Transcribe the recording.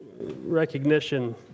recognition